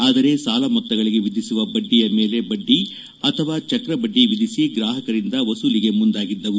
ಆದರೆ ಸಾಲ ಮೊತ್ತಗಳಿಗೆ ವಿಧಿಸುವ ಬಡ್ಡಿಯ ಮೇಲೆ ಬಡ್ಡಿ ಅಥವಾ ಚಕ್ರಬಡ್ಡಿ ವಿಧಿಸಿ ಗ್ರಾಹಕರಿಂದ ವಸೂಲಿಗೆ ಮುಂದಾಗಿದ್ದವು